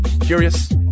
Curious